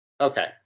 Okay